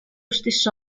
stesso